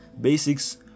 basics